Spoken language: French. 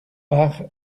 par